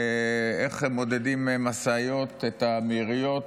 איך מודדים למשאיות את המהירויות,